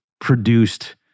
produced